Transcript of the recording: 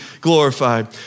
glorified